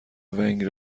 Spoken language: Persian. ونگ